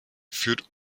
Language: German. führt